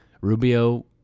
Rubio